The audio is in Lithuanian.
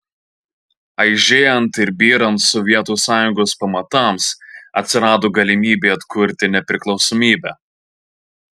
aižėjant ir byrant sovietų sąjungos pamatams atsirado galimybė atkurti nepriklausomybę